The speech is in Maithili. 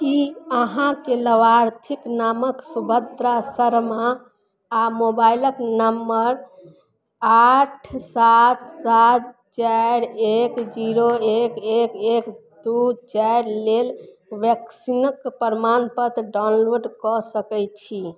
कि अहाँके लाभार्थीके नामक सुभद्रा शर्मा आओर मोबाइलक नंबर आठ सात सात चारि एक जीरो एक एक एक दू चारि लेल वैक्सीनक प्रमाणपत्र डाउनलोड कऽ सकय छी